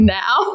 now